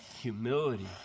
humility